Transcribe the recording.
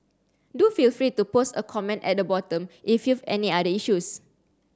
do feel free to post a comment at the bottom if you've any other issues